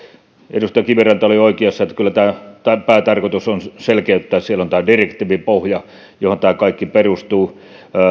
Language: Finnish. edustaja kiviranta oli oikeassa että kyllä tämän päätarkoitus on selkeyttää siellä on tämä direktiivipohja johon tämä kaikki perustuu